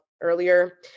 earlier